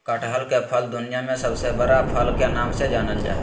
कटहल के फल दुनिया में सबसे बड़ा फल के नाम से जानल जा हइ